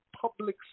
public